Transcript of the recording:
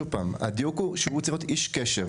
שוב פעם, הדיוק הוא שהוא צריך להיות איש קשר.